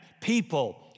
people